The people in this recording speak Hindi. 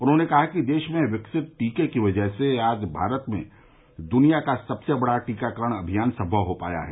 उन्होंने कहा कि देश में विकसित टीके की वजह से आज भारत में दुनिया का सबसे बड़ा टीकाकरण अभियान संभव हो पाया है